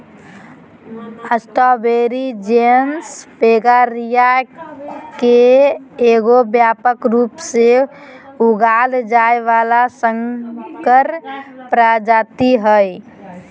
strawberry genus Fragaria के एगो व्यापक रूप से उगाल जाय वला संकर प्रजाति हइ